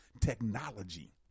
technology